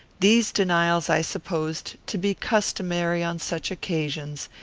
these denials i supposed to be customary on such occasions,